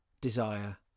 desire